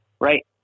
right